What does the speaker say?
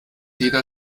jeder